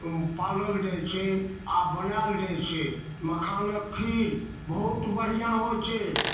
ओ पालल जाइत छै आ बनायल जाइत छै मखानक खीर बहुत बढ़िआँ होइत छै